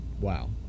Wow